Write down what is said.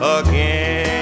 again